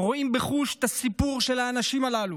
רואים בחוש את הסיפור של האנשים הללו,